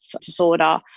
disorder